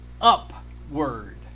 upward